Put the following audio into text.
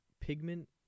pigment